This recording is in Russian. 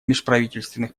межправительственных